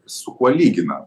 su kuo lygina